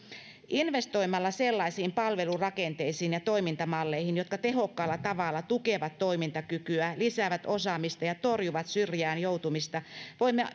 investoimalla sellaisiin palvelurakenteisiin ja toimintamalleihin jotka tehokkaalla tavalla tukevat toimintakykyä lisäävät osaamista ja torjuvat syrjään joutumista voimme